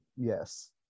Yes